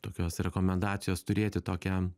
tokios rekomendacijos turėti tokią